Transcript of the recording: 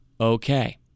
okay